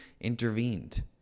intervened